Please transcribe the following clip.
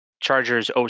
Chargers